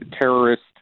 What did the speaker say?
terrorist